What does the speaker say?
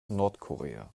nordkorea